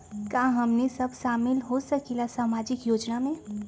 का हमनी साब शामिल होसकीला सामाजिक योजना मे?